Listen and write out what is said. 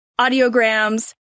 audiograms